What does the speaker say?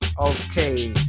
Okay